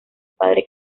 padre